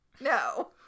no